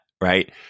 right